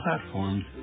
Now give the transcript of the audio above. platforms